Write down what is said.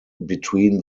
between